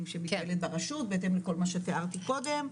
שמתנהלת ברשות בהתאם לכל מה שתיארתי קודם,